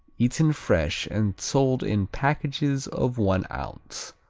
eaten fresh and sold in packages of one ounce.